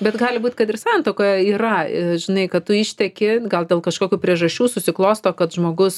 bet gali būt kad ir santuokoje yra žinai kad tu išteki gal dėl kažkokių priežasčių susiklosto kad žmogus